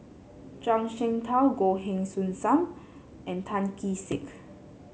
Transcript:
Zhuang Shengtao Goh Heng Soon Sam and Tan Kee Sek